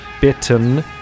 bitten